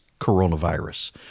coronavirus